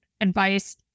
advice